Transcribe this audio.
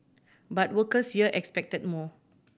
but workers here expected more